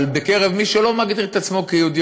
אבל בקרב מי שלא מגדיר את עצמו יהודי